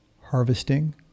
harvesting